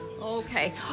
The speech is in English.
Okay